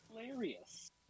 hilarious